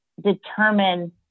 determine